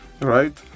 right